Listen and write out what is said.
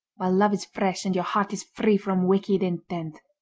while love is fresh and your heart is free from wicked intent.